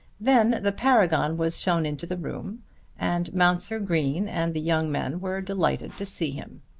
then the paragon was shown into the room and mounser green and the young men were delighted to see him.